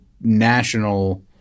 national